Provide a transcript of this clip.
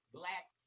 black